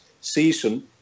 season